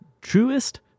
truest